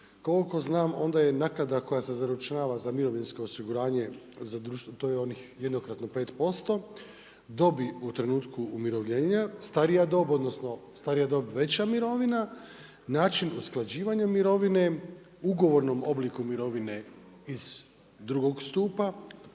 Koliko znam onda je i naknada koja se zaračunava za mirovinsko osiguranje za, to je onih jednokratnih 5%, dobije u trenutku umirovljena, starija dob, odnosno starija dob, veća mirovina, način usklađivanja mirovine, ugovornom obliku mirovine iz drugog stupa,